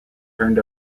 turned